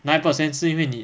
nine percent 是因为你